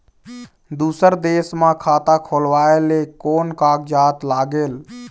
दूसर देश मा खाता खोलवाए ले कोन कागजात लागेल?